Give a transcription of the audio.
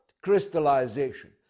crystallization